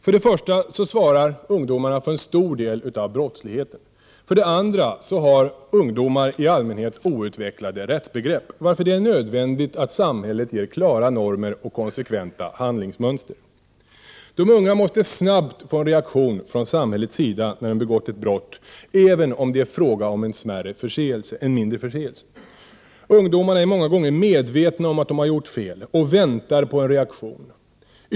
För det första svarar dessa för en stor del av brottsligheten. För det andra har unga människor i allmänhet outvecklade rättsbegrepp, varför det är nödvändigt att samhället ger klara normer och konsekventa handlingsmönster. De unga måste snabbt få en reaktion från samhällets sida när de har begått ett brott, även om det är fråga om en mindre förseelse. Ungdomarna är många gånger medvetna om att de har gjort fel och väntar på en reaktion.